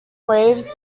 waves